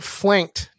flanked